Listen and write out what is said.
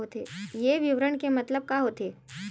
ये विवरण के मतलब का होथे?